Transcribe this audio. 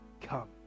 come